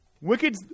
wicked